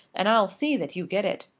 and i'll see that you get it.